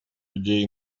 людей